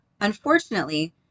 Unfortunately